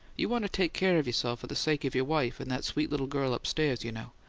you want to take care of yourself for the sake of your wife and that sweet little girl upstairs, you know.